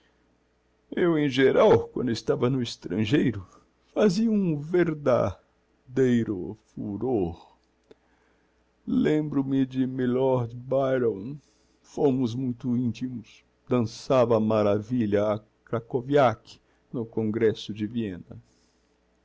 eu em geral quando estava no estrangeiro fazia um verda deiro furor lembro-me de mylord byron fomos muito intimos dansava á maravilha a krakoviak no congresso de vienna